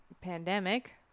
pandemic